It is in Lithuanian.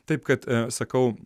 taip kad sakau